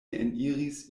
eniris